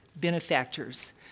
benefactors